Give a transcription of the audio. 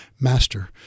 Master